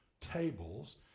tables